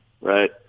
right